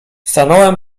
stanąłem